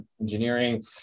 engineering